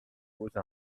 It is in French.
pose